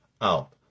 out